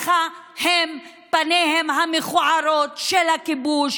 אלה הם פניהם המכוערות של הכיבוש,